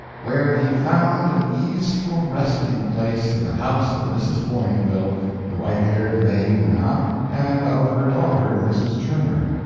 where he found an easeful resting-place in the house of mrs. boinville the white-haired maimuna and of her daughter, mrs. turner.